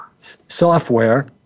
software